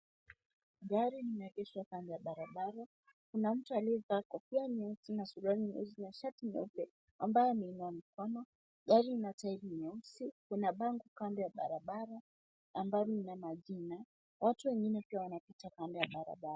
Gari limeegeshwa kando ya barabara kuna mtu alievaa kofia nyeusi, suruali nyeusi na shati nyeupe ambaye ameinua mkono. Gari ina tairi nyeusi kuna bango kado ya barabara ambalo lina majina. Watu wengine pia wanapita kando ya barabara.